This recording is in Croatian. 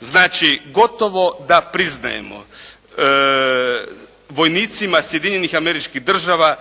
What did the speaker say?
Znači gotovo da priznajemo vojnicima Sjedinjenih Američkih država